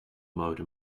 mode